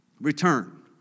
return